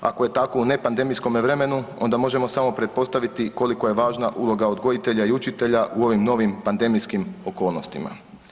Ako je tako u nepandemijskome vremenu onda možemo samo pretpostaviti koliko je važna uloga odgojitelja i učitelja u ovim novim pandemijskim okolnostima.